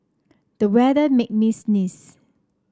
the weather made me sneeze